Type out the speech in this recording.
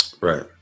Right